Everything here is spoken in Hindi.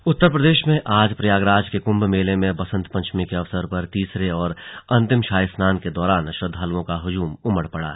कुंभ स्नान उत्तर प्रदेश में आज प्रयागराज के कुम्भ मेले में बसंत पंचमी के अवसर पर तीसरे और अंतिम शाही स्नान के दौरान श्रद्वालुओं का हजूम उमड़ पड़ा